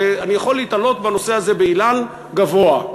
שאני יכול להיתלות בנושא הזה באילן גבוה,